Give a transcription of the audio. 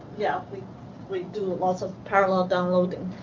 yeah we we do lots of parallel downloading.